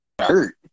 hurt